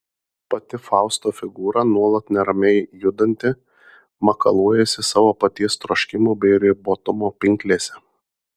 pati fausto figūra nuolat neramiai judanti makaluojasi savo paties troškimų bei ribotumo pinklėse